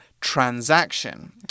transaction